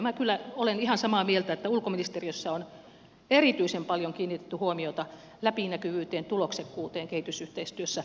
minä kyllä olen ihan samaa mieltä että ulkoministeriössä on erityisen paljon kiinnitetty huomiota läpinäkyvyyteen tuloksekkuuteen kehitysyhteistyössä